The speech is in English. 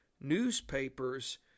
newspapers